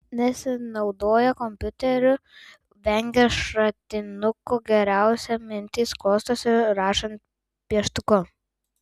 nesinaudoja kompiuteriu vengia šratinuko geriausiai mintys klostosi rašant pieštuku